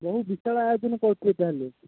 ବହୁତ ବିଶାଳ ଆୟୋଜନ କରୁଥିବେ ତା'ହେଲେ